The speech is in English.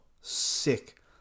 Sick